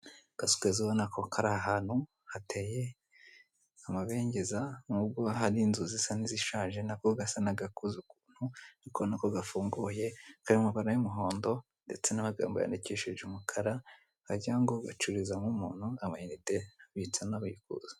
Akazu keza ubona ko kari ahantu hateye amabengeza nubwo hari inzu zisa n'izishaje nako gasa nk'agakuze ukuntu urikubonako gafunguye kari mumabara y'umuhondo ndetse n'amagambo yandikishije umukara wagirango hacururizamo umuntu amayinite abitsa anabikuza.